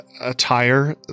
attire